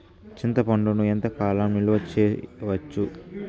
చింతపండును ఎంత కాలం నిలువ చేయవచ్చు?